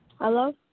Hello